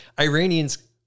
Iranians